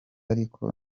ariko